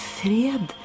fred